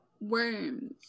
Worms